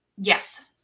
Yes